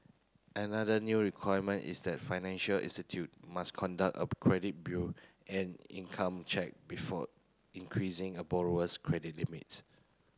another new requirement is that financial institute must conduct a credit bureau and income check before increasing a borrower's credit limits